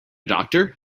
doctor